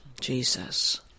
jesus